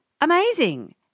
amazing